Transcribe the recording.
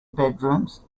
bedrooms